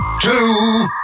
two